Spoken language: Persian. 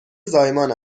زایمان